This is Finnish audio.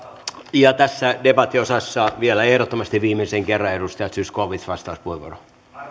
ja tässä debattiosassa vielä ehdottomasti viimeisen kerran edustaja zyskowicz vastauspuheenvuoro